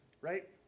right